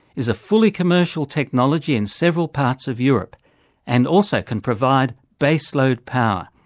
is a fully commercial technology in several parts of europe and also can provide base-load power.